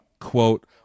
Quote